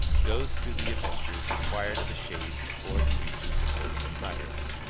goes through the adventures required of a shade before he reaches the court of osiris.